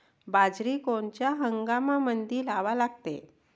बाजरी कोनच्या हंगामामंदी लावा लागते?